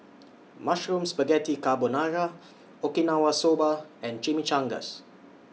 Mushroom Spaghetti Carbonara Okinawa Soba and Chimichangas